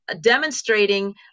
demonstrating